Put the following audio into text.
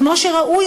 כמו שראוי,